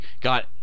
Got